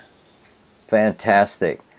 Fantastic